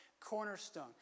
cornerstone